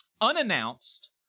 unannounced